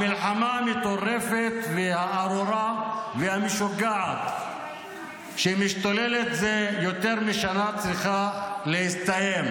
המלחמה המטורפת והארורה והמשוגעת שמשתוללת זה יותר משנה צריכה להסתיים.